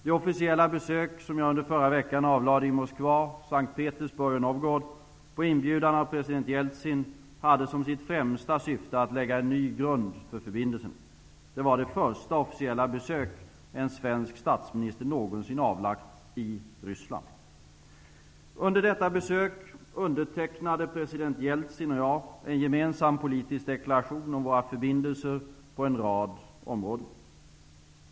Det officiella besök som jag under förra veckan avlade i Moskva, S:t Petersburg och Novgorod på inbjudan av president Jeltsin hade som sitt främsta syfte att lägga en ny grund för förbindelserna. Det var det fösta officiella besök en svensk statsminister någonsin avlagt i Ryssland. Under detta besök undertecknade president Jeltsin och jag en gemensam politisk deklaration om våra förbindelser på en rad områden.